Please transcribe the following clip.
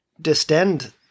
distend